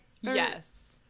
yes